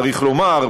צריך לומר,